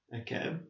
Okay